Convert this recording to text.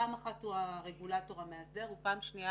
פעם אחת הוא הרגולטור המאסדר ופעם שנייה